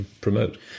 promote